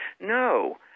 no